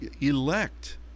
elect